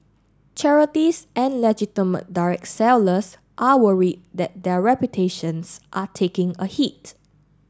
charities and legitimate direct sellers are worried that their reputations are taking a hit